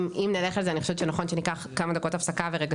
אם נלך על זה אני חושבת שנכון שניקח כמה דקות הפסקה ושרגע